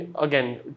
again